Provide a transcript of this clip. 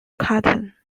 cotton